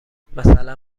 مثلا